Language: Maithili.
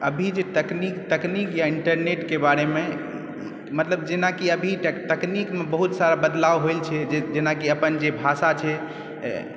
अभी जे तकनीक तकनीक यऽ इन्टरनेट के बारे मे मतलब जेनाकि अभी तक तकनीक मे बहुत सारा बदलाव होइ लए छै जेनाकि अपन जे भाषा छै